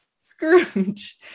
Scrooge